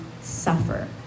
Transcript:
suffer